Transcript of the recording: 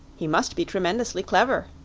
he must be tremendously clever,